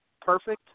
perfect